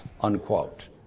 unquote